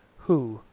who,